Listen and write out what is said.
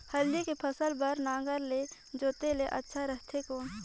हल्दी के फसल बार नागर ले जोते ले अच्छा रथे कौन?